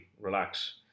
relax